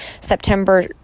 September